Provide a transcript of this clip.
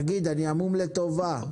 תגיד, אני המום לטובה.